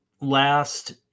last